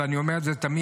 ואני אומר את זה תמיד,